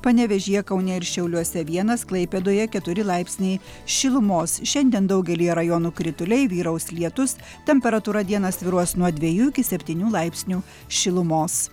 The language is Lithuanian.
panevėžyje kaune ir šiauliuose vienas klaipėdoje keturi laipsniai šilumos šiandien daugelyje rajonų krituliai vyraus lietus temperatūra dieną svyruos nuo dviejų iki septynių laipsnių šilumos